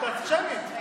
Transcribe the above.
את השמית.